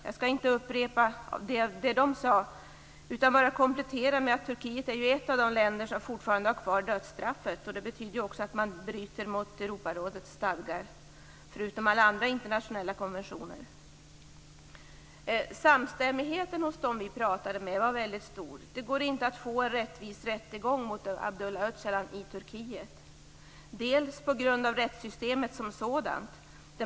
Jag skall inte upprepa det som de sade, utan bara komplettera med att Turkiet är ett av de länder som fortfarande har kvar dödsstraffet. Det betyder också att man bryter mot Europarådets stadgar förutom alla andra internationella konventioner. Samstämmigheten hos dem vi pratade med var väldigt stor. Det går inte att få en rättvis rättegång mot Abdullah Öcalan i Turkiet. Det beror på rättssystemet som sådant.